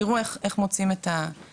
תראו איך מוצאים את הפתרון,